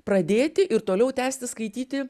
pradėti ir toliau tęsti skaityti